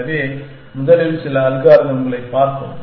எனவே முதலில் சில அல்காரிதம்களைப் பார்ப்போம்